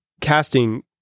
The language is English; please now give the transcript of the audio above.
casting